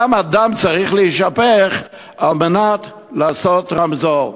כמה דם צריך להישפך על מנת שיעשו רמזור.